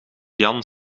jan